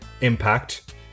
Impact